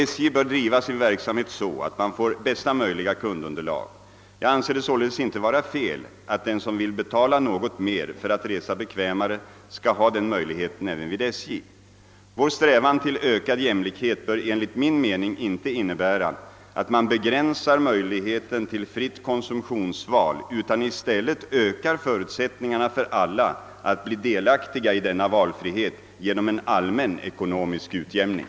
SJ bör driva sin verksamhet så att man får bästa möjliga kundunderlag. Jag anser det således inte vara fel att den som vill betala något mer för att resa bekvämare skall ha den möjligheten även vid SJ. Vår strävan till ökad jämlikhet bör enligt min mening inte innebära att man begränsar möjligheten till fritt konsumtionsval utan i stället att man ökar förutsättningarna för alla att bli delaktiga i denna valfrihet genom en allmän ekonomisk utjämning.